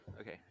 okay